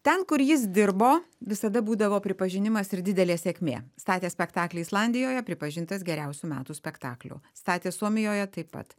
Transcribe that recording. ten kur jis dirbo visada būdavo pripažinimas ir didelė sėkmė statė spektaklį islandijoje pripažintas geriausiu metų spektakliu statė suomijoje taip pat